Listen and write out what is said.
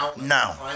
now